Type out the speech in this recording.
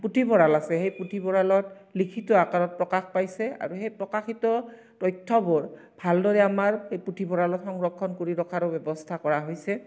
পুথিভঁৰাল আছে সেই পুথিভঁৰালত লিখিত আকাৰত প্ৰকাশ পাইছে আৰু সেই প্ৰকাশিত তথ্যবোৰ ভাল দৰে আমাৰ এই পুথিভঁৰালত সংৰক্ষণ কৰি ৰখাৰো ব্যৱস্থা কৰা হৈছে